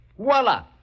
Voila